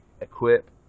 equip